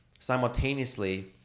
simultaneously